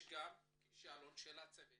וגם כישלון של צוות